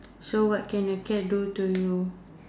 so what can a cat do to you